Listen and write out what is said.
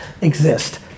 exist